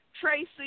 Tracy